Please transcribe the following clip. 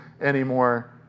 anymore